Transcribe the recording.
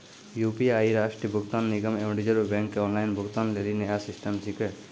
UPI राष्ट्रीय भुगतान निगम एवं रिज़र्व बैंक के ऑनलाइन भुगतान लेली नया सिस्टम छिकै